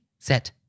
set